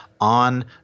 on